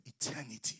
eternity